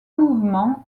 mouvements